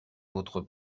votre